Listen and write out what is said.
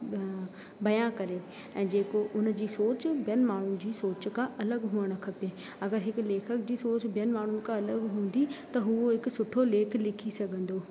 बयां करे ऐं जेको हुन जी सोच ॿियनि माण्हू जी सोच खां अलग हुजणु खपे अगर हिकु लेखक जी सोच ॿियनि माण्हू खां अलॻि हूंदी त हू हिकु सुठो लेख लिखी सघंदो